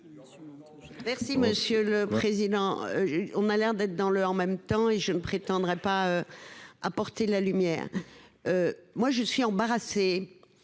Merci monsieur le président. On a l'air d'être dans le en même temps et je ne prétendrai pas. Apporter la lumière. Moi je suis embarrassé.